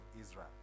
Israel